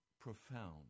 profound